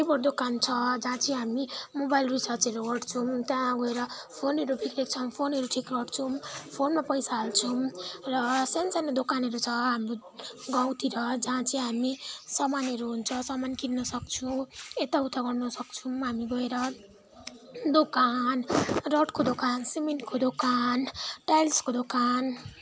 cyber दोकान छ जहाँ चाहिँ हामी मोबाइल रिचार्जहरू गर्छौँ त्यहाँ गएर फोनहरू बिग्रिएको छ भने फोनहरू ठिक गर्छौँ फोनमा पैसा हाल्छौँ र सानो सानो दोकानहरू छ हाम्रो गाउँतिर जहाँ चाहिँ हामी सामानहरू हुन्छ सामान किन्नु सक्छौँ यताउता गर्न सक्छौँ हामी गएर दोकान रडको दोकान सिमेन्टको दोकान टाइल्सको दोकान